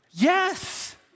Yes